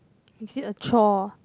is it a chore